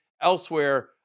elsewhere